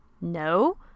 No